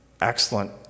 excellent